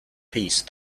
peace